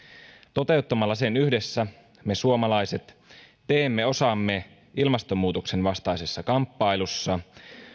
toteuttamalla sen yhdessä me suomalaiset teemme osamme ilmastonmuutoksen vastaisessa kamppailussa